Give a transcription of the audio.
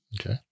Okay